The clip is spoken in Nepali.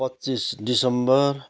पच्चिस दिसम्बर